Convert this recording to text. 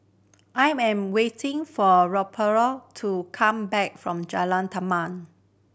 I am waiting for Rudolph to come back from Jalan Taman